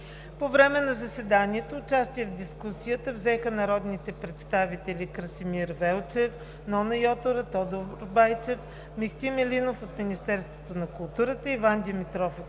По време на заседанието участие в дискусията взеха народните представители: Красимир Велчев, Нона Йотова и Тодор Байчев; Мехти Меликов от Министерството на културата, Иван Димитров от Музикаутор, Десислава